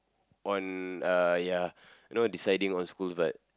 on uh ya you know deciding on school but